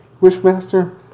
Wishmaster